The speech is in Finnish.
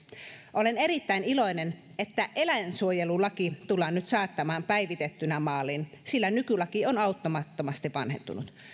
olen erittäin iloinen että eläinsuojelulaki tullaan nyt saattamaan päivitettynä maaliin sillä nykylaki on auttamattomasti vanhentunut